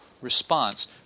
response